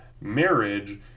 Marriage